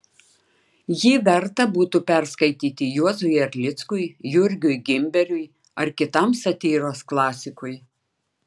jį verta būtų perskaityti juozui erlickui jurgiui gimberiui ar kitam satyros klasikui